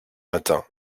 matin